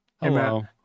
Hello